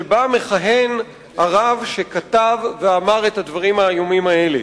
שבה מכהן הרב שכתב ואמר את הדברים האיומים האלה.